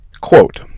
Quote